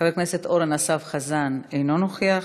חבר הכנסת אורן אסף חזן, אינו נוכח.